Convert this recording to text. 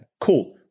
Cool